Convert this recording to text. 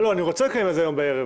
אני רוצה לקיים על זה דיון היום בערב.